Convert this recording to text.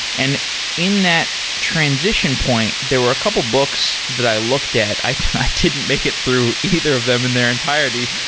and in that transition point, there were a couple of books that i looked at. i didn't make through either of them in their entirety.